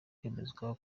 kwemezwa